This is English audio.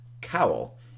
Cowl